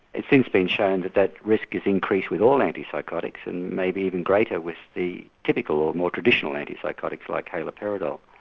it's since been shown that that risk is increased with all antipsychotics and may be even greater with the typical or more traditional antipsychotics like haleperidol.